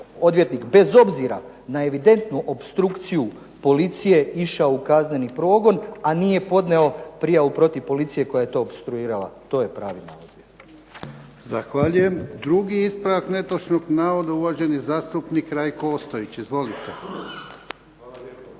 bez obzira na evidentnu opstrukciju policije išao u kazneni progon, a nije podnio prijavu protiv policije koja je to opstruirala. To je pravi motiv. **Jarnjak, Ivan (HDZ)** Zahvaljujem. Drugi ispravak netočnog navoda, uvaženi zastupnik Rajko Ostojić. Izvolite.